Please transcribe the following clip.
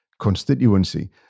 constituency